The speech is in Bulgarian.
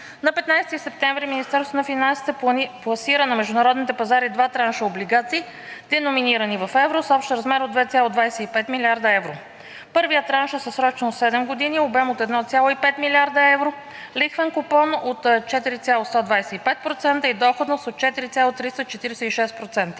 на 15 септември Министерството на финансите пласира на международните пазари два транша облигации, деноминирани в евро, с общ размер от 2,25 млрд. евро. Първият транш е със срочност от седем години и обем от 1,5 млрд. евро, лихвен купон от 4,125% и доходност от 4,346%.